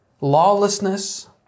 lawlessness